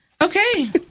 Okay